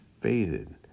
faded